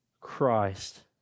Christ